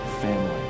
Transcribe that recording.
family